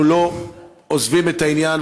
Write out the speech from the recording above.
אנחנו לא עוזבים את העניין,